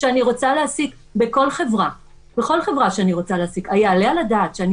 שאני רוצה להעסיק בכל חברה היעלה על הדעת שאני